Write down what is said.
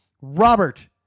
Robert